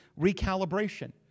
recalibration